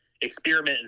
experiment